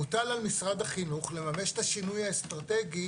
מוטל על משרד החינוך לממש את השינוי האסטרטגי